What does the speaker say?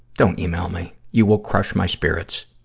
don't email me. you will crush my spirits.